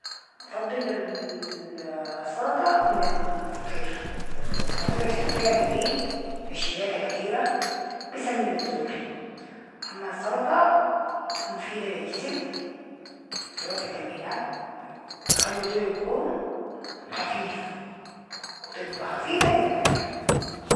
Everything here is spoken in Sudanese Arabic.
بفضل السلطة من الفطير، الفطير عشان فيها دقيق، نشوياتها كتيرة، بسمن الزول، اما السلطة، مفيدة للجسم، فيها فتمينات و بخلي الزول يكون خفيف- خفيفة للمعدة.